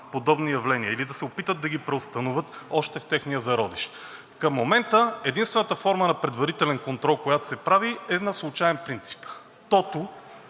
подобни явления или да се опитат да ги преустановят още в техния зародиш. Към момента единствената форма на предварителен контрол, която се прави, е на случаен принцип – тото,